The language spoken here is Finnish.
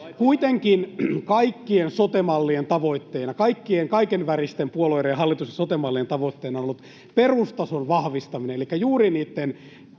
kaikkien, kaikenväristen puolueiden ja hallitusten sote-mallien tavoitteena — on ollut perustason vahvistaminen,